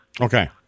Okay